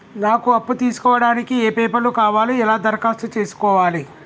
నాకు అప్పు తీసుకోవడానికి ఏ పేపర్లు కావాలి ఎలా దరఖాస్తు చేసుకోవాలి?